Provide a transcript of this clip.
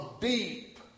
deep